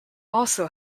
also